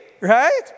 right